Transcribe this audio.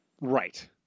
Right